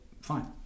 fine